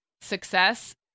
success